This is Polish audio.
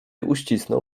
uścisnął